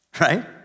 right